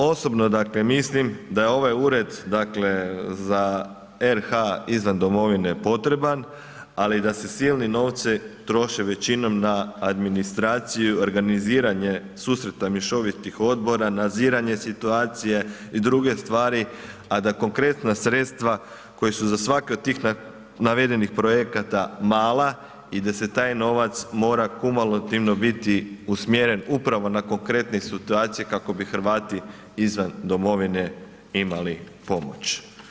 Osobno dakle mislim da je ovaj Ured za RH izvan domovine potreban ali da se silni novci troše većinom na administraciju, organiziranje susreta mješovitih odbora, nadziranje situacije i druge stvari a da konkretna sredstva koja su za svaki dio tih navedenih projekata mala i gdje taj novac mora kumulativno biti usmjeren upravo na konkretne situacije kako bi Hrvati izvan domovine imali pomoć.